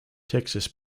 texas